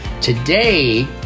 Today